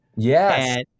Yes